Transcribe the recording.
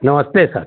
नमस्ते सर